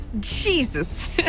Jesus